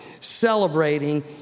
celebrating